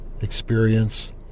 experience